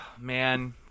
man